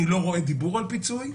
אני לא רואה דיבור על פיצוי.